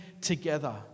together